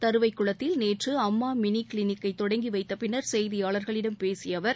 தருவைக்குளத்தில் நேற்று அம்மா மினி கிளினிக்கை தொடங்கி வைத்த பின்னர் செய்தியாளர்களிடம் பேசிய அவர்